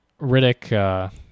Riddick